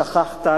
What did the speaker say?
שכחת,